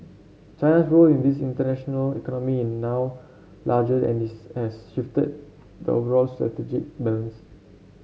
China's role in this international economy in now larger and this has shifted the overall strategic balance